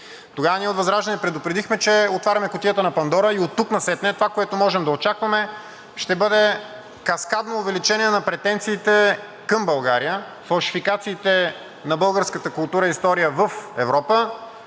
Тогава ние от ВЪЗРАЖДАНЕ предупредихме, че отваряме кутията на Пандора и оттук насетне това, което можем да очакваме, ще бъде каскадно увеличение на претенциите към България, фалшификациите на българската култура и история в Европа